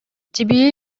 твеа